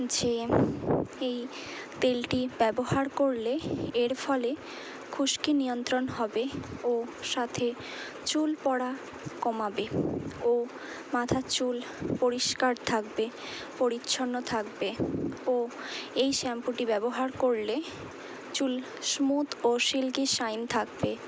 যে এই তেলটি ব্যবহার করলে এর ফলে খুসকি নিয়ন্ত্রণ হবে ও সাথে চুল পড়া কমাবে ও মাথার চুল পরিষ্কার থাকবে পরিচ্ছন্ন থাকবে ও এই শ্যাম্পুটি ব্যবহার করলে চুল স্মুদ ও সিল্কি শাইন থাকবে